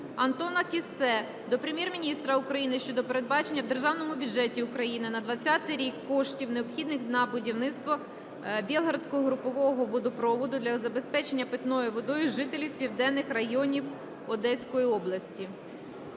Антона Кіссе до Прем'єр-міністра України щодо передбачення в Державному бюджеті України на 20-й рік коштів, необхідних на будівництво Болградського групового водопроводу для забезпечення питною водою жителів південних районів Одеської області.